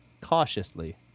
Cautiously